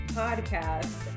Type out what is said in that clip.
podcast